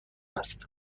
است